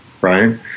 right